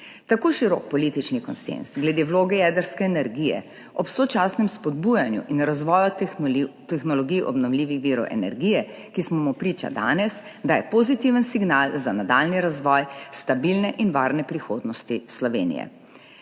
Tako širok politični konsenz glede vloge jedrske energije ob sočasnem spodbujanju in razvoju tehnologij obnovljivih virov energije, ki smo mu priča danes, daje pozitiven signal za nadaljnji razvoj stabilne in varne prihodnosti Slovenije.